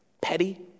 petty